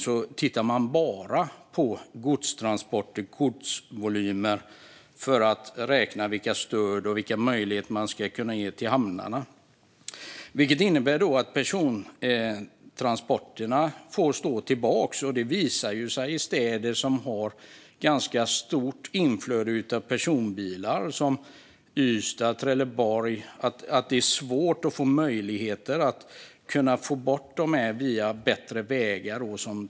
Där tittar man bara på godstransporter och volymer för att räkna ut vilka stöd och möjligheter man ska kunna ge till hamnarna. Det innebär att persontransporterna får stå tillbaka, vilket visar sig i städer som har ett ganska stort inflöde av personbilar, exempelvis Ystad och Trelleborg. Det är svårt få bort trafiken via bättre vägar.